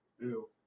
Ew